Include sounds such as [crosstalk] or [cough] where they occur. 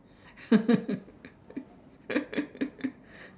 [laughs]